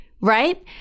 right